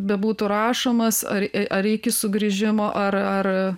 bebūtų rašomas ar ar iki sugrįžimo ar ar